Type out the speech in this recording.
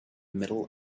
middle